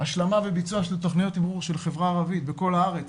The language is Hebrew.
השלמה וביצוע של תכניות תמרור בחברה הערבית בכל הארץ.